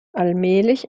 allmählich